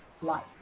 life